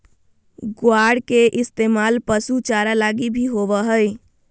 ग्वार के इस्तेमाल पशु चारा लगी भी होवो हय